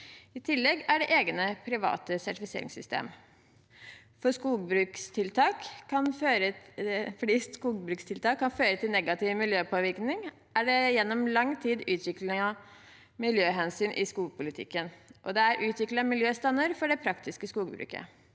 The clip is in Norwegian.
I tillegg er det egne private sertifiseringssystemer. Fordi skogbrukstiltak kan føre til negativ miljøpåvirkning, er det gjennom lang tid utviklet miljøhensyn i skogpolitikken, og det er utviklet miljøstandarder for det praktiske skogbruket.